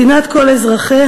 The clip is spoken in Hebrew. מדינת כל אזרחיה,